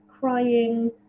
crying